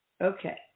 Okay